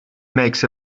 makes